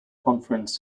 conference